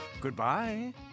Goodbye